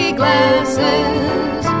glasses